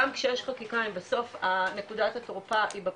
גם כשיש חקיקה אם בסוף נקודת התורפה היא בפרקליטות,